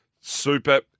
super